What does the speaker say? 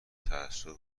تعصب